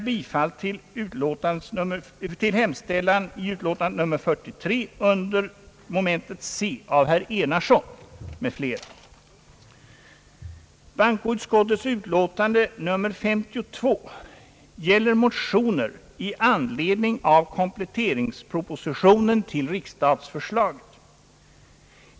Bankoutskottets utlåtande nr 52 gäller motioner i anledning av kompletteringspropositionen till riksstatsförslaget.